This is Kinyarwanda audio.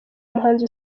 umuhanzi